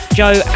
joe